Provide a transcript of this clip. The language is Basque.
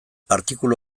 artikulu